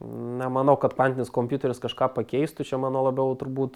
nemanau kad kvantinis kompiuteris kažką pakeistų čia manau labiau turbūt